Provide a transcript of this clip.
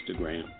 Instagram